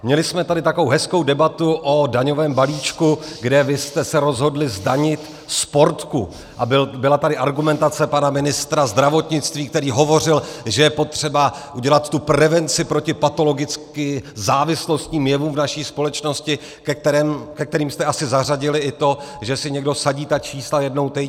Měli jsme tady takovou hezkou debatu o daňovém balíčku, kde vy jste se rozhodli zdanit Sportku, a byla tady argumentace pana ministra zdravotnictví, který hovořil, že je potřeba udělat tu prevenci proti patologicky závislostním jevům v naší společnosti, ke kterým jste asi zařadili i to, že si někdo vsadí ta čísla jednou týdně.